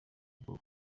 ubwoba